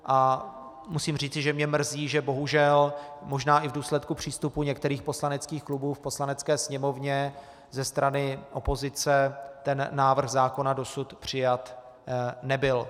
A musím říci, že mě mrzí, že bohužel možná i v důsledku přístupu některých poslaneckých klubů v Poslanecké sněmovně ze strany opozice návrh zákona dosud přijat nebyl.